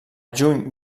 juny